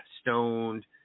stoned